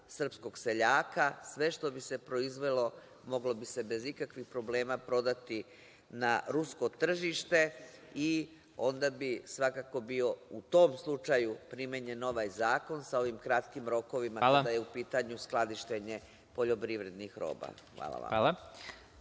srpskog seljaka, sve što bi se proizvelo moglo bi se bez ikakvih problema prodati na rusko tržište i onda bi svakako bio u tom slučaju primenjen ovaj zakon sa ovim kratkim rokovima kada je u pitanju skladištenje poljoprivrednih roba. Hvala vama.